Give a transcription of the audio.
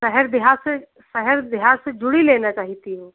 शहर देहात से शहर देहात से जुड़ी लेना चाहती हो